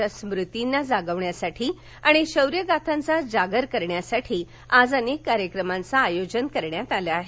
या हल्ल्याच्या स्मृतींना जगवण्यासाठी आणि शौर्यगाथांचा जागर करण्यासाठी आज अनेक कार्यक्रमाचं आयोजन करण्यात आलं आहे